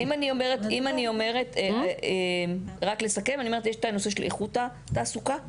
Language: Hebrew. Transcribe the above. רק לסכם, יש את הנושא של איכות התעסוקה.